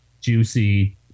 juicy